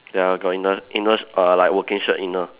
ya got inner inner uh like working shirt inner